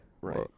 Right